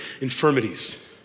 infirmities